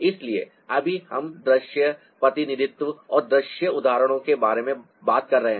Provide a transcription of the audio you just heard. इसलिए अभी हम दृश्य प्रतिनिधित्व और दृश्य उदाहरणों के बारे में बात कर रहे हैं